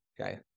okay